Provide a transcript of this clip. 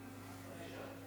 בראש.